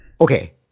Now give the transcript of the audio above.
Okay